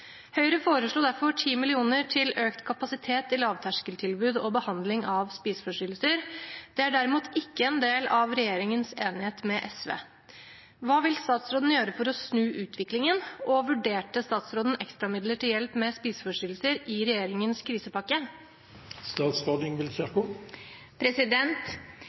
Høyre foreslo derfor 10 mill. kr til økt kapasitet i lavterskeltilbud og behandling av spiseforstyrrelser. Det er derimot ikke en del av regjeringens enighet med SV. Hva vil statsråden gjøre for å snu utviklingen, og vurderte statsråden ekstramidler til hjelp med spiseforstyrrelser i regjeringens krisepakke?»